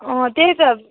अँ त्यही त